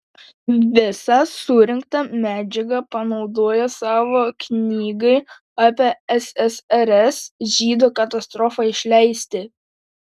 visą surinktą medžiagą panaudojo savo knygai apie ssrs žydų katastrofą išleisti